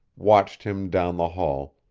watched him down the hall,